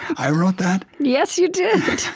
i wrote that? yes, you did.